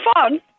fun